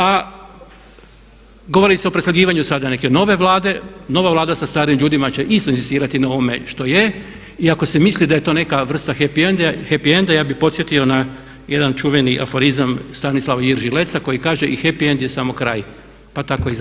A govori se o preslagivanju sada neke nove Vlade, nova Vlada sa starim ljudima će isto inzistirati na ovome što je i ako se misli da je to neka vrsta happy anda ja bi podsjetio na jedan čuveni aforizam Stanislava Iržija Leca koji kaže I happy and je samo kraj pa tako i za vas.